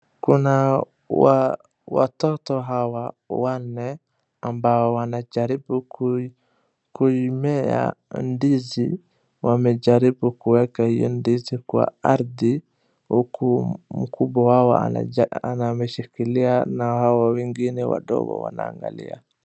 Kuna watoto hawa wanne ambao wanajaribu kuimea ndizi, wamejaribu kuiweka hiyo ndizi kwa ardhi huku mkubwa wao ameshikilia na hao wengine wadogo wanaangalia.